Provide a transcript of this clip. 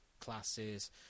classes